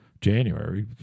January